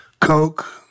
Coke